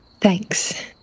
Thanks